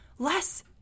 Less